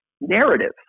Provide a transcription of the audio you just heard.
narrative